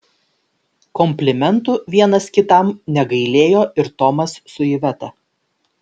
komplimentų vienas kitam negailėjo ir tomas su iveta